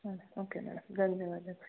ಹಾಂ okay madam ಧನ್ಯವಾದಗಳು